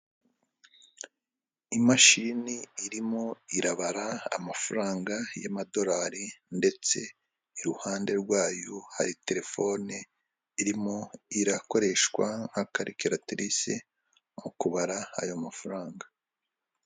Imashini irimo irabara amafaranga y'amadorari ndetse iruhande rwayo hari terefone irimo irakoreshwa nka karikiratirise mu kubara ayo mafaranga.